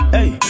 Hey